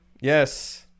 Yes